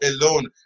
alone